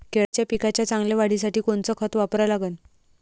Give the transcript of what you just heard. केळाच्या पिकाच्या चांगल्या वाढीसाठी कोनचं खत वापरा लागन?